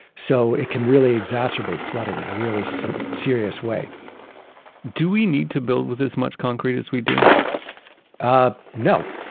so it can really exacerbate flooding in a really so serious serious way do we need to build with this much concrete as we do? ah no,